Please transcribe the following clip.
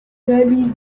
réalise